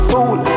Fool